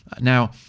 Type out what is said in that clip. Now